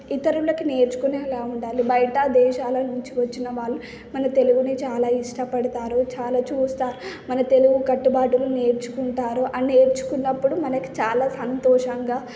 ఇతరులకి నేర్చుకునేలా ఉండాలి బయట దేశాల నుంచి వచ్చిన వాళ్ళు మన తెలుగుని చాలా ఇష్టపడతారు చాలా చూస్తారు మన తెలుగు కట్టుబాటులు నేర్చుకుంటారు ఆ నేర్చుకున్నప్పుడు మనకు చాలా సంతోషంగా